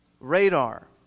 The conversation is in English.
radar